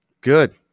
Good